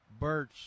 birch